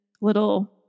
little